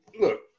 look